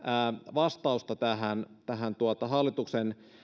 vastausta tähän tähän hallituksen